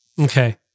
Okay